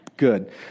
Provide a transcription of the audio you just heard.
good